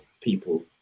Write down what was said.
people